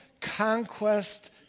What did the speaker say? conquest